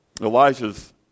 Elijah's